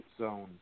Zone